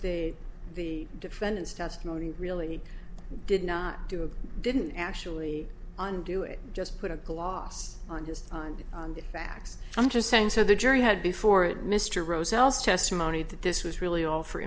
they the defendant's testimony really did not do it didn't actually undo it just put a gloss on just on the facts i'm just saying so the jury had before it mr roselles testimony that this was really all for